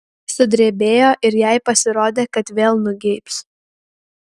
sudrebėjo ir jai pasirodė kad vėl nugeibs